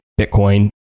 Bitcoin